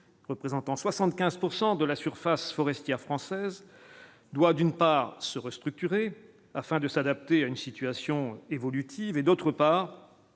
représentant 75 pourcent de la surface forestière française doit d'une part, se restructurer afin de s'adapter à une situation évolutive et d'autre part